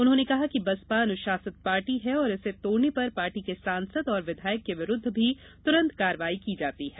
उन्होंने कहा कि बसपा अनुशासित पार्टी है और इसे तोड़ने पर पार्टी के सांसद और विधायक आदि के विरूद्व भी तुरन्त कार्यवाही की जाती है